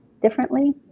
differently